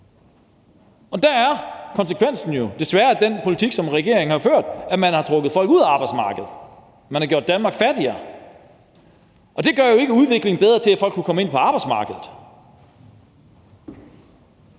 Der er konsekvensen af den politik, som regeringen har ført, desværre, at man har trukket folk ud af arbejdsmarkedet. Man har gjort Danmark fattigere, og det gør det jo ikke bedre for udviklingen, at man ikke har kunnet få folk ind på arbejdsmarkedet.